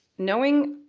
knowing